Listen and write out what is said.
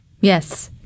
Yes